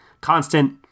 constant